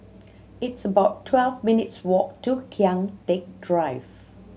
it's about twelve minutes' walk to Kian Teck Drive